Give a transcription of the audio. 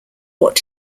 what